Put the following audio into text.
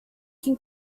can